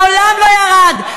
מעולם לא ירד,